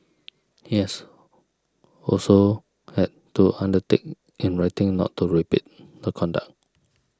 yes also had to undertake in writing not to repeat the conduct